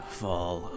fall